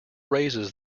raises